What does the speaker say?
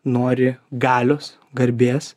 nori galios garbės